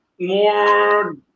more